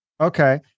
Okay